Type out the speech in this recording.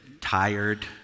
tired